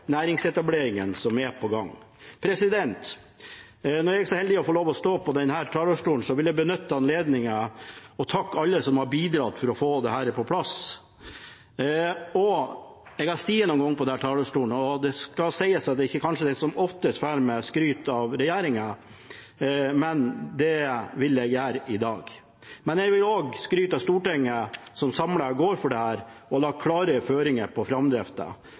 som er på gang. Når jeg er så heldig å få lov å stå på denne talerstolen, vil jeg benytte anledningen til å takke alle som har bidratt til å få dette på plass. Jeg har stått noen ganger på denne talerstolen, og det skal sies at jeg kanskje ikke er den som oftest farer med skryt av regjeringen, men det vil jeg gjøre i dag. Jeg vil også skryte av Stortinget, som samlet går for dette og har lagt klare føringer på